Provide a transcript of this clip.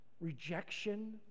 rejection